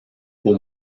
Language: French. haut